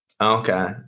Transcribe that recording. Okay